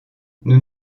nous